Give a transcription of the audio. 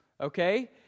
okay